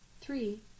Three